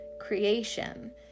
Creation